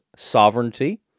sovereignty